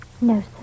No